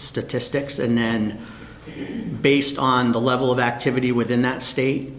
statistics and then based on the level of activity within that state